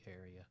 area